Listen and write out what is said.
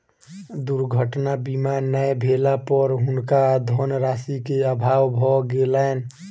दुर्घटना बीमा नै भेला पर हुनका धनराशि के अभाव भ गेलैन